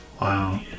Wow